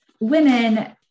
women